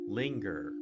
linger